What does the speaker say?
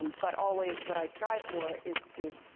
but always what i strive for is to